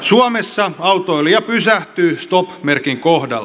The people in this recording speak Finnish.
suomessa autoilija pysähtyy stop merkin kohdalla